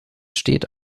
steht